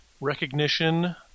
recognition